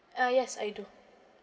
uh yes I do